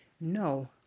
No